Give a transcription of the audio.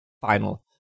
final